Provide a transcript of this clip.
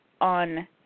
on